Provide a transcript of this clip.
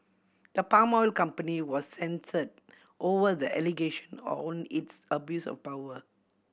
the palm oil company was censured over the allegation on its abuse of power